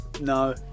no